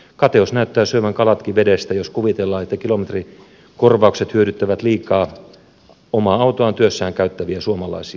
kateus näyttää syövän kalatkin vedestä jos kuvitellaan että kilometrikorvaukset hyödyttävät liikaa omaa autoaan työssään käyttäviä suomalaisia